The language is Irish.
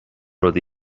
rud